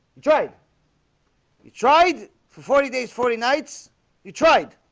tried you tried for forty days forty nights you tried